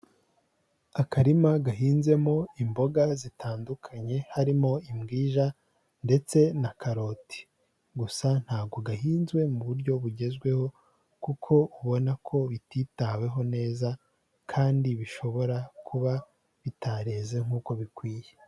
Akarima gahinzemo imboga zitandukanye harimo imbwija ndetse na karoti, gusa ntabwo gahinzwe mu buryo bugezweho kuko ubona ko bititaweho neza kandi bishobora kuba bitareze nk'uko bikwiye.